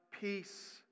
peace